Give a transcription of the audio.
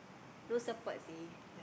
no support leh